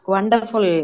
Wonderful